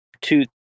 Two